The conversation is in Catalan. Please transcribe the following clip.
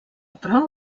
però